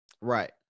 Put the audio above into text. Right